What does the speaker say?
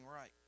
right